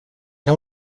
era